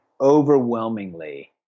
overwhelmingly